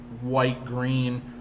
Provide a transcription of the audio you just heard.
white-green